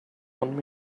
want